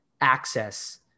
access